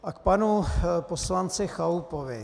K panu poslanci Chalupovi.